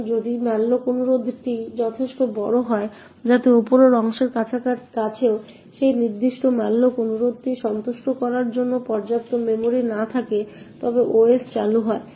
এখন যদি malloc অনুরোধটি যথেষ্ট বড় হয় যাতে উপরের অংশের কাছেও সেই নির্দিষ্ট malloc অনুরোধটি সন্তুষ্ট করার জন্য পর্যাপ্ত মেমরি না থাকে তবে OS চালু হয়